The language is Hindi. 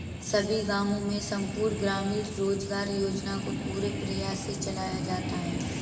सभी गांवों में संपूर्ण ग्रामीण रोजगार योजना को पूरे प्रयास से चलाया जाता है